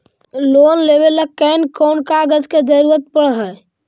Loan लेबे ल कैन कौन कागज के जरुरत पड़ है?